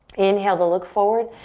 inhale to look forward.